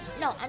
No